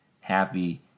happy